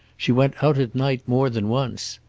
she went out at night more than once.